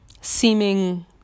seeming